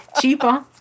Cheaper